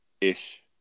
ish